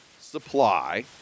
supply